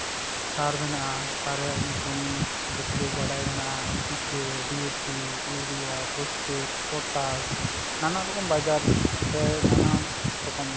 ᱥᱟᱨ ᱢᱮᱱᱟᱜᱼᱟ ᱥᱟᱨ ᱨᱮᱭᱟᱜ ᱧᱩᱛᱩᱢ ᱯᱩᱨᱟᱹ ᱵᱟᱰᱟᱭ ᱢᱮᱱᱟᱜᱼᱟ ᱯᱤᱠᱮ ᱰᱤᱭᱮᱯᱤ ᱤᱭᱩᱨᱤᱭᱟ ᱯᱷᱚᱥᱯᱮᱴ ᱯᱚᱴᱟᱥ ᱱᱟᱱᱟᱨᱚᱠᱚ ᱵᱟᱡᱟᱨ ᱨᱮ ᱱᱟᱱᱟᱨᱚᱠᱚᱢ